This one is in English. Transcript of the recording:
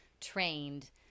trained